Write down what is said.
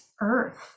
Earth